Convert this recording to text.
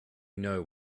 know